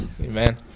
Amen